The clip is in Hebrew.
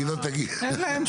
או עכשיו